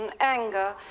anger